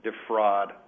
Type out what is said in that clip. defraud